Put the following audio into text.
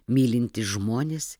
mylintys žmonės